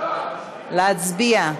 להצביע.